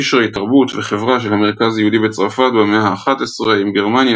קשרי תרבות וחברה של המרכז היהודי בצרפת במאה ה-11 עם גרמניה,